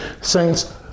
Saints